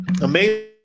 Amazing